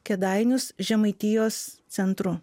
kėdainius žemaitijos centru